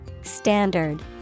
Standard